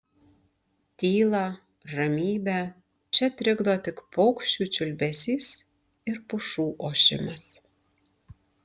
tylą ramybę čia trikdo tik paukščių čiulbesys ir pušų ošimas